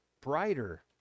brighter